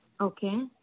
Okay